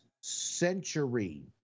century